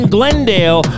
Glendale